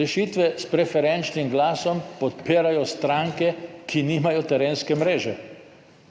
Rešitve s preferenčnim glasom podpirajo stranke, ki nimajo terenske mreže,